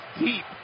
deep